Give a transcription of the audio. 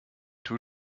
tut